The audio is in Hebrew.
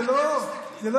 אני מסתכל.